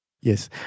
Yes